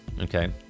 Okay